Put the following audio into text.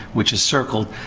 which is circled,